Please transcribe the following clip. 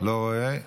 לא רואה.